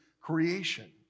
creation